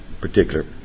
particular